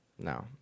No